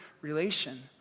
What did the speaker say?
relation